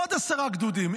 עוד עשרה גדודים.